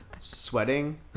Sweating